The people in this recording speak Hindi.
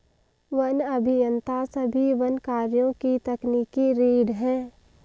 वन अभियंता सभी वन कार्यों की तकनीकी रीढ़ हैं